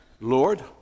Lord